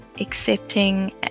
accepting